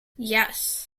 yes